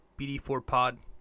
BD4Pod